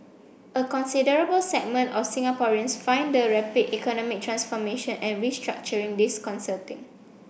a considerable segment of Singaporeans find the rapid economic transformation and restructuring disconcerting